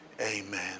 Amen